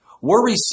Worry